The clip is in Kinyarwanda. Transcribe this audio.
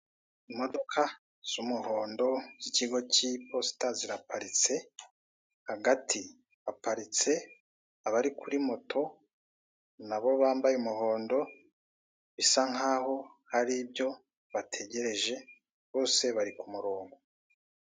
Imodoka z'umuhondo z'ikigo k'iposita ziraparitse hagati haparitse abari kuri moto nabo bambaye umuhondo bisa nk'aho hari ibyo bategereje bose bari kumurongo.